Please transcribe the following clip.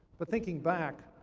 but thinking back,